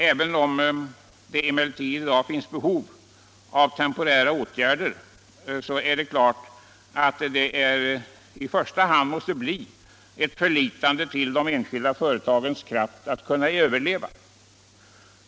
Även om det i dag finns behov av temporära åtgärder måste vi i första hand förlita oss på de enskilda företagens kraft att överleva.